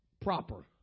proper